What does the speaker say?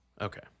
Okay